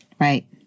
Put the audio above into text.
Right